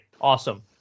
Awesome